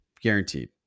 Guaranteed